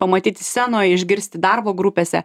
pamatyti scenoj išgirsti darbo grupėse